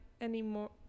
anymore